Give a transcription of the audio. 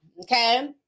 Okay